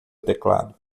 teclado